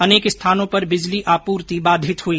अनेक स्थानों पर बिजली आपूर्ति बाधित हुई